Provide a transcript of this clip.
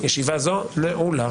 ישיבה זו נעולה.